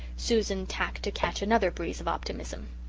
susan tacked to catch another breeze of optimism.